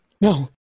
No